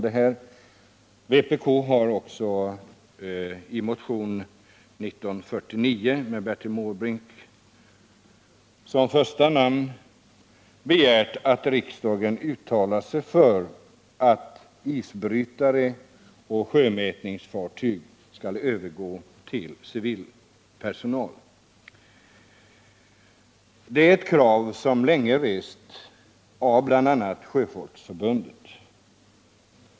Vänsterpartiet kommunisterna har också i motionen 1949 med Bertil Måbrink som första namn begärt att riksdagen uttalar sig för att isbrytare och sjömätningsfartyg skall övergå till civil bemanning. Det är ett krav som länge har rests av bl.a. Sjöfolksförbundet.